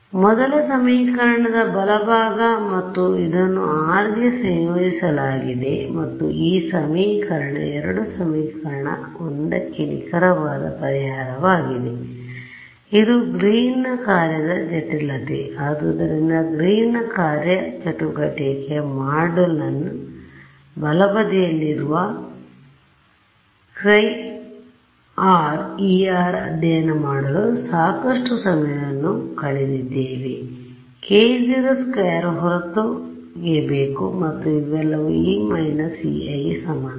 ಮೊದಲ ಸಮೀಕರಣದ ಬಲಬಾಗ ಮತ್ತು ಇದನ್ನು r ಗೆ ಸಂಯೋಜಿಸಲಾಗಿದೆ ಮತ್ತು ಈ ಸಮೀಕರಣ 2 ಸಮೀಕರಣ 1 ಕ್ಕೆ ನಿಖರವಾದ ಪರಿಹಾರವಾಗಿದೆಆದ್ದರಿಂದ ಇದು ಗ್ರೀನ್ನ ಕಾರ್ಯದ ಜಟಿಲತೆ ಆದುದರಿಂದ ಗ್ರೀನ್ನ ಕಾರ್ಯಚಟುವಟಿಕೆಯ ಮಾಡ್ಯೂಲ್ನ ಬಲಬದಿಯಲ್ಲಿರುವ χ E ಅಧ್ಯಯನ ಮಾಡಲು ಸಾಕಷ್ಟು ಸಮಯವನ್ನು ಕಳೆದಿದ್ದೇವೆ k02 ಹೊರತೆಗೆಯಬೇಕು ಮತ್ತು ಇವೆಲ್ಲವೂ E − Ei ಸಮಾನವಾಗಿರುತ್ತದೆ